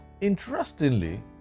Interestingly